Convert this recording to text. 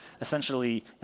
essentially